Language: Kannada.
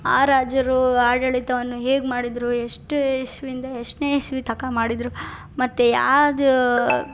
ಆ ರಾಜರೂ ಆಡಳಿತವನ್ನು ಹೇಗೆ ಮಾಡಿದರು ಎಷ್ಟು ಇಸವಿಯಿಂದ ಎಷ್ಟನೇ ಇಸವಿ ತನಕ ಮಾಡಿದರು ಮತ್ತು ಯಾವುದು